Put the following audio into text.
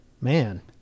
Man